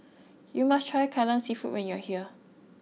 you must try Kai Lan Seafood when you are here